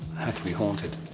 had to be haunted.